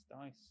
dice